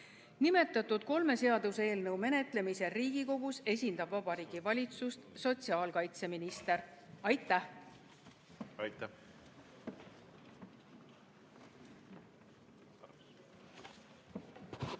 Nimetatud kolme seaduseelnõu menetlemisel Riigikogus esindab Vabariigi Valitsust sotsiaalkaitseminister. Aitäh! Austatud